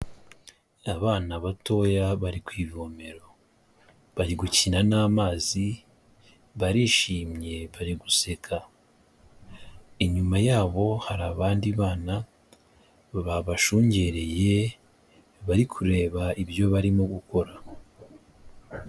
Abana batoya bari ku ivomero. Bari gukina n'amazi barishimye bari guseka. Inyuma yabo hari abandi bana babashungereye, bari kureba ibyo barimo gukora.